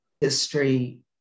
history